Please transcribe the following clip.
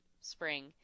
spring